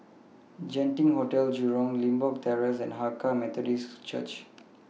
Genting Hotel Jurong Limbok Terrace and Hakka Methodist Church